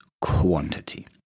quantity